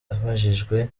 abajijwe